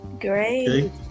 Great